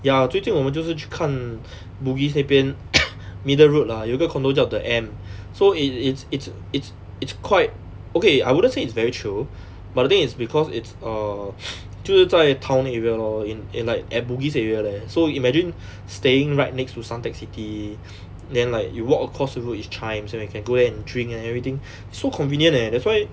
ya 最近我们就是去看 bugis 那边 middle road lah 有一个 condominium 叫 the M so it it's it's it's it's quite okay I wouldn't say it's very chio but the thing is because it's err 就是在 town area lor in in like at bugis area leh so imagine staying right next to suntec city then like you walk across the road it's chijmes and we can go and drink and everything so convenient leh that's why